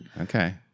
Okay